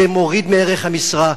זה מוריד מערך המשרה,